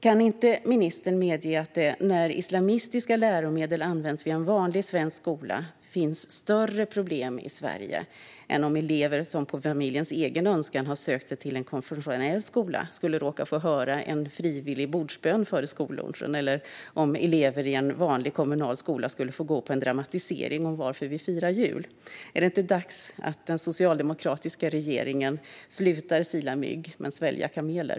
Kan inte ministern medge att när islamistiska läromedel används vid en vanlig svensk skola finns det större problem i Sverige än om elever som på familjens egen önskan har sökt sig till en konfessionell skola skulle råka få höra en frivillig bordsbön före skollunchen, eller om elever i en vanlig kommunal skola skulle få gå på en dramatisering om varför vi firar jul? Är det inte dags att den socialdemokratiska regeringen slutar att sila mygg och svälja kameler?